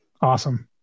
Awesome